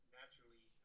naturally